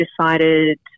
decided